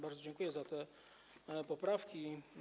Bardzo dziękuję za te poprawki.